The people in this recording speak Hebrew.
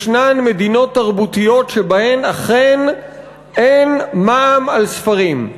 יש מדינות תרבותיות שבהן אכן אין מע"מ על ספרים.